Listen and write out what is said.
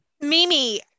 Mimi